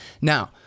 now